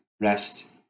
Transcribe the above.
rest